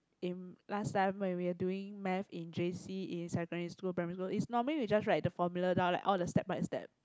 in last time when we were doing maths in J_C in secondary school or primary school is normally we just write the formula down like all the step by step